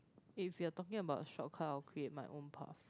if your talking about short cut of create my own path